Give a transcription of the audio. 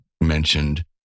mentioned